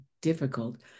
difficult